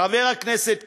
חבר הכנסת קיש,